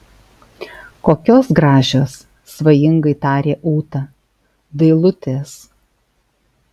kokios gražios svajingai tarė ūta dailutės